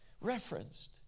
referenced